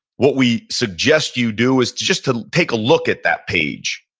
what we suggest you do is just to take a look at that page,